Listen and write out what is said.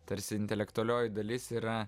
tarsi intelektualioji dalis yra